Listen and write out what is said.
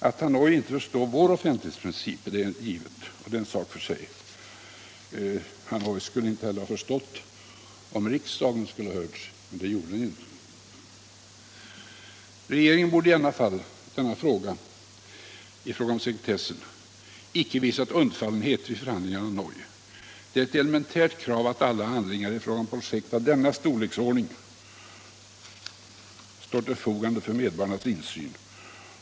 Att Hanoi inte förstår vår offentlighetsprincip är givet, och det är en sak för sig. Hanoi skulle inte heller ha förstått om riksdagen hade hörts, men så skedde ju inte. Regeringen borde i alla fall i fråga om sekretessen icke ha visat undfallenhet vid förhandlingarna i Hanoi. Det är ett elementärt krav att alla handlingar i fråga om projekt av denna storleksordning står till förfogande för medborgarnas insyn.